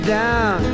down